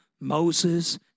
Moses